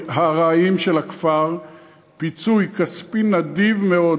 הוא לא הפריע לך כשאתה דיברת.